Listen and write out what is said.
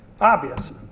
obvious